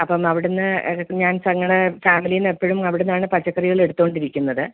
അപ്പം അവിടുന്ന് ഇടയ്ക്ക് ഞാൻ ഞങ്ങളുടെ ഫാമിലിയിൽ നിന്നെപ്പോഴും അവിടുന്നാണ് പച്ചക്കറികൾ എടുത്തുകൊണ്ടിരിക്കുന്നത്